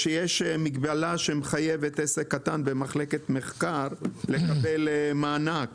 יש מגבלה שמחייבת עסק קטן במחלקת מחקר לקבל מענק